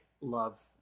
love